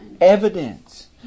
evidence